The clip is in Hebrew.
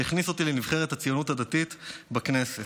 שהכניס אותי לנבחרת הציונות הדתית בכנסת,